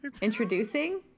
Introducing